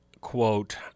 quote